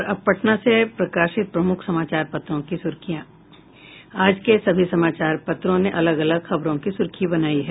और अब पटना से प्रकाशित प्रमुख समाचार पत्रों की सुर्खियां आज के सभी समाचार पत्रों ने अलग अलग खबरों को सुर्खी बनाया है